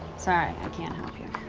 sorry. i can't help you.